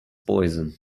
poison